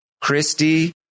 Christy